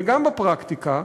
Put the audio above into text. וגם בפרקטיקה,